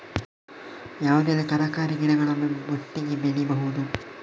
ಯಾವುದೆಲ್ಲ ತರಕಾರಿ ಗಿಡಗಳನ್ನು ಒಟ್ಟಿಗೆ ಬೆಳಿಬಹುದು?